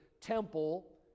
temple